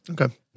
Okay